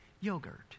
yogurt